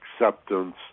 acceptance